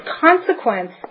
consequence